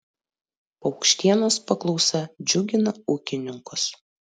paukštienos paklausa džiugina ūkininkus